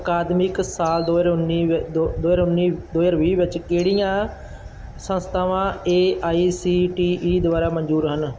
ਅਕਾਦਮਿਕ ਸਾਲ ਦੋ ਹਜ਼ਾਰ ਉੱਨੀ ਦੋ ਹਜ਼ਾਰ ਉੱਨੀ ਦੋ ਹਜ਼ਾਰ ਵੀਹ ਵਿੱਚ ਕਿਹੜੀਆਂ ਸੰਸਥਾਵਾਂ A I C T E ਦੁਆਰਾ ਮਨਜ਼ੂਰ ਹਨ